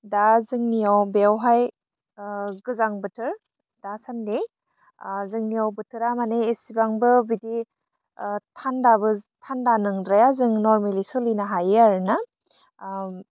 दा जोंनियाव बेयावहाय गोजां बोथोर दासान्दि जोंनियाव बोथोरा मानि इसिबांबो बिदि थान्दाबो थान्दा नंद्राया जों नरमेलि सोलिनो हायो आरोना